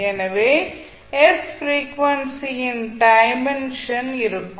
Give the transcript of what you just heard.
எனவே s frequency யின் dimension இருக்கும்